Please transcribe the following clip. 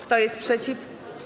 Kto jest przeciw?